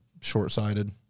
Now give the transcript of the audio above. short-sighted